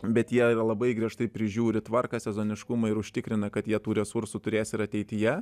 bet jie ir labai griežtai prižiūri tvarką sezoniškumą ir užtikrina kad jie tų resursų turės ir ateityje